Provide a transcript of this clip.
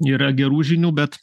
yra gerų žinių bet